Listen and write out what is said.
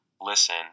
listen